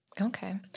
Okay